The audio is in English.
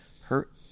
hurt